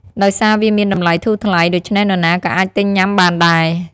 ដោយសារវាមានតម្លៃធូរថ្លៃ ដូច្នេះនរណាក៏អាចទិញញុំាបានដែរ។